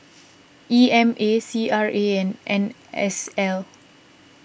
E M A C R A and N S L